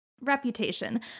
reputation